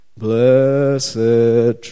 blessed